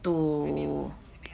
to